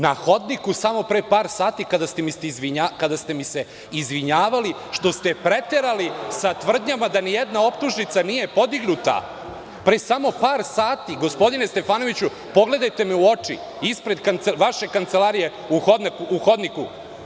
Na hodniku, pre samo par sati kada ste mi se izvinjavali što ste preterali sa tvrdnjama da ni jedna optužnica nije podignuta, pre samo par sati, gospodine Stefanoviću, pogledajte me u oči, ispred vaše kancelarije u hodniku?